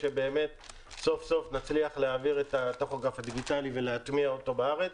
שבאמת סוף סוף נצליח להעביר את הטכוגרף הדיגיטלי ולהטמיע אותו בארץ.